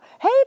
hey